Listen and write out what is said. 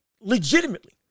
legitimately